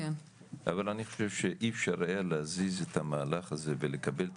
אבל אני חושב שאי אפשר היה להזיז את המהלך הזה ולקבל את